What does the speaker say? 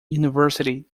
university